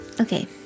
Okay